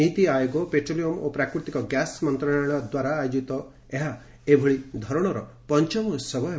ନୀତି ଆୟୋଗ ଓ ପେଟ୍ରୋଲିୟମ୍ ଓ ପ୍ରାକୃତିକ ଗ୍ୟାସ୍ ମନ୍ତ୍ରଣାଳୟ ଦ୍ୱାରା ଆୟୋଜିତ ଏହା ଏଭଳି ଧରଣର ପଂଚମ ଉହବ ହେବ